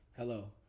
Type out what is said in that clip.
Hello